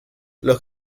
los